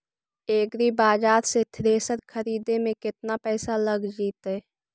एग्रिबाजार से थ्रेसर खरिदे में केतना पैसा लग जितै?